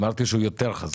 אמרתי שהוא יותר חזק.